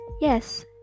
Yes